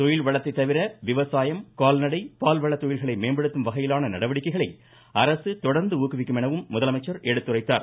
தொழில்வளத்தை தவிர விவசாயம் கால்நடை பால்வள தொழில்களை மேம்படுத்தும் வகையிலான நடவடிக்கைகளை அரசு தொடா்ந்து ஊக்குவிக்கும் எனவும் முதலமைச்சர் எடுத்துரைத்தார்